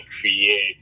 create